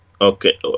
Okay